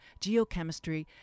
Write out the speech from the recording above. Geochemistry